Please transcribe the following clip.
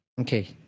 Okay